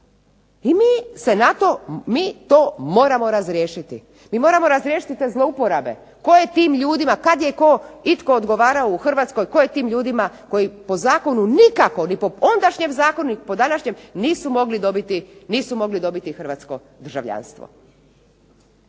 I mi to moramo razriješiti, mi moramo razriješiti te zlouporabe tko je tim ljudima, koji po zakonu nikako, ni po ondašnjem ni po današnjem Zakonu nisu mogli dobiti Hrvatsko državljanstvo.